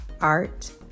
art